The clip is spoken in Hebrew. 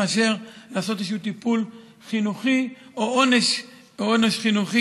מאשר לעשות איזשהו טיפול חינוכי או עונש חינוכי,